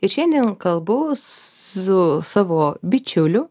ir šiandien kalbu su savo bičiuliu